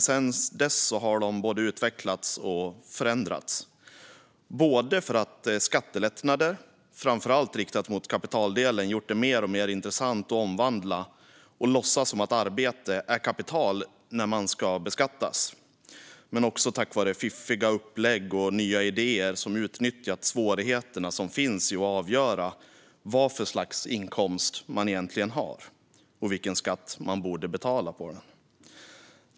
Sedan dess har de dock utvecklats och förändrats, inte bara därför att skattelättnader riktade framför allt mot kapitaldelen har gjort det mer och mer intressant att omvandla och låtsas som att arbete är kapital när beskattningen ska ske utan också tack vare fiffiga upplägg och nya idéer som utnyttjar de svårigheter som finns när det gäller att avgöra vad för slags inkomst man egentligen har och vilken skatt man borde betala på den.